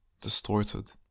distorted